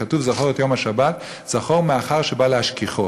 כתוב: "זכור את יום השבת" זכור, מאחר שבא להשכיחו.